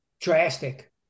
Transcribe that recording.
drastic